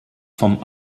vom